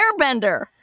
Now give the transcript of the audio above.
airbender